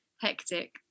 hectic